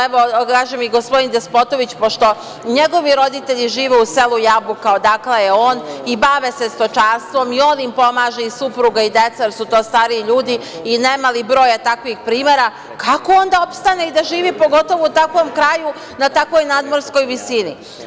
Evo, kaže mi gospodin Despotović, pošto njegovi roditelji žive u selu Jabuka, odakle je on i bave se stočarstvom i on im pomaže i supruga i deca, jer su to stariji ljudi, i nemali broj je takvih primera, kako onda opstane da živi, pogotovo u takvom kraju, na takvoj nadmorskoj visini?